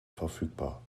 verfügbar